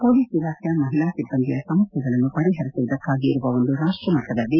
police ಇಲಾಖೆಯ ಮಹಿಳಾ ಸಿಬ್ಬಂದಿಯ ಸಮಸ್ಟೆಗಳನ್ನು ಪರಿಹರಿಸುವುದಕ್ಕಾಗಿ ಇರುವ ಒಂದು ರಾಷ್ಲಮಟ್ಟದ ವೇದಿಕೆ ಇದಾಗಿದೆ